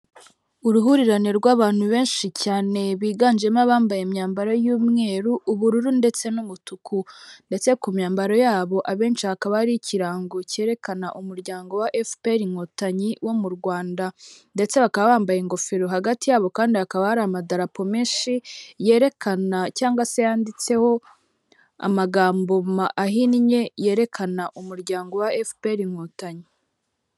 Uruhurirane rw'abantu benshi cyane biganjemo abambaye imyambaro y'umweru, ubururu, ndetse n'umutuku. Ndetse ku myambaro yabo abenshi hakaba ari ikirango cyerekana umuryango FPR inkotanyi wo mu Rwanda. Ndetse bakaba bambaye ingofero hagati yabo kandi hakaba hari amadarapo menshi yerekana cyangwa se yanditseho amagambo ahinnye yerekana umuryango wa FPR inkotanyi.